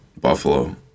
Buffalo